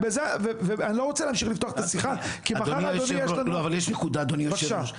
אדוני היושב ראש,